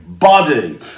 body